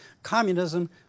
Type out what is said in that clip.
Communism